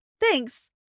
Thanks